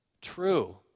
true